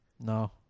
No